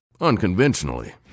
unconventionally